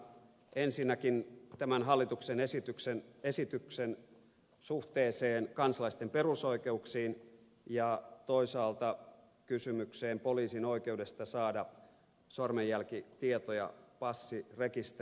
ensinnäkin tämän hallituksen esityksen suhteeseen kansalaisten perusoikeuksiin ja toisaalta kysymykseen poliisin oikeudesta saada sormenjälkitietoja passirekisteristä